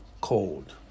cold